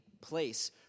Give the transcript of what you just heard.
place